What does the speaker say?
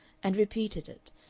and repeated it,